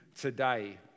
today